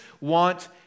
want